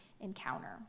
encounter